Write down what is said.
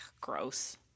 Gross